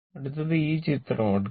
അടുത്തത് ഈ ചിത്രം എടുക്കുക